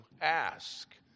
ask